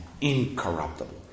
incorruptible